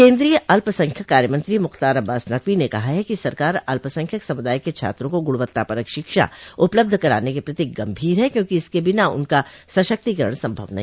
केन्द्रीय अल्प संख्यक कार्यमंत्री मुख्तार अब्बास नकवी ने कहा है कि सरकार अल्पसंख्यक समुदाय के छात्रों को गुणवत्तापरक शिक्षा उपलब्ध कराने के प्रति गम्भीर है क्यों कि इसके बिना उनका सशक्तिकरण संभव नहीं